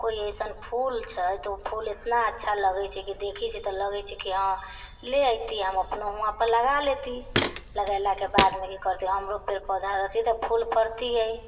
कोइ ऐसन फूल छै तऽ ओ फूल एतना अच्छा लगैत छै कि देखैत छी तऽ लगैत छै कि हाँ ले ऐति हम अपनो उहाँ पर लगा लेती लगैलाके बादमे कि करती हमरो पेड़ पौधा रहति तऽ फूल फड़तियै